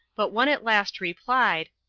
but one at last replied,